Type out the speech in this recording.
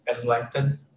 enlightened